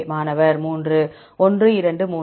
மாணவர் 3 1 2 3